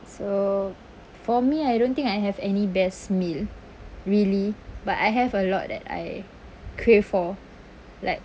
so for me I don't think I have any best meal really but I have a lot that I crave for like